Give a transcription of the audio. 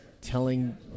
telling